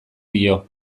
dio